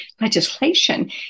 legislation